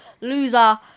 loser